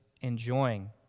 enjoying